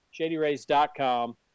shadyrays.com